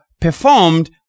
performed